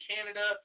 Canada